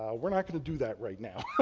we're not going to do that right now.